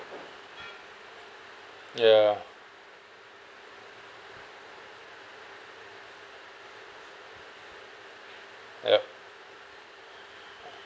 ya yup